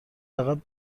عقب